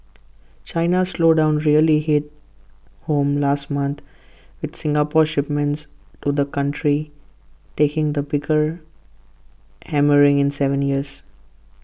China's slowdown really hit home last month with Singapore's shipments to the country taking the bigger hammering in Seven years